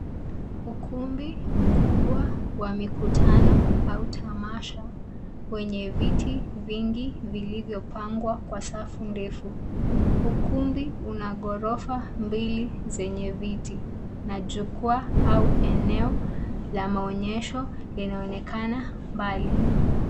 Ukumbi mkubwa wa mikutano au tamasha wenye viti vingi vilivyopangwa kwa safu ndefu. Ukumbi una gorofa mbili zenye viti na jukwaa au eneo ya maonyesho inaoneka mbali.